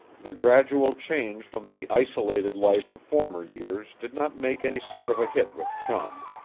the gradual change from the isolated life of former years did not make any sort of a hit with chum.